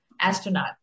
astronaut